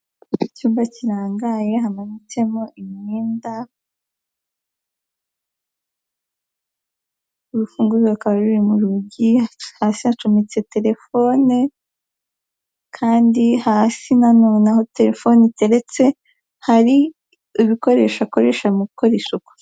Icyumba kirangaye, hamanitsemo imyenda, urufunguzo rukaba ruri mu rugi, hasi hacometse telefoni kandi hasi na none aho telefoni iteretse, hari ibikoresho akoresha mu gukora isuku.